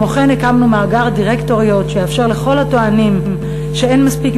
כמו כן הקמנו מאגר דירקטוריות שיאפשר לכל הטוענים שאין מספיק